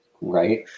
Right